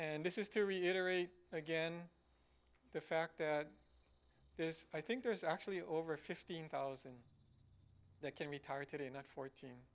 and this is to reiterate again the fact is i think there's actually over fifteen thousand that can retire today not fourteen